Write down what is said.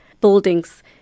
buildings